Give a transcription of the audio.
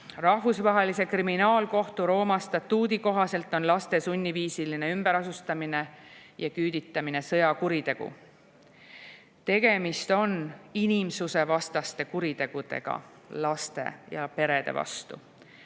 Rahvusvahelise Kriminaalkohtu Rooma statuudi kohaselt on laste sunniviisiline ümberasustamine ja küüditamine sõjakuritegu. Tegemist on inimsusevastaste kuritegudega laste ja perede vastu,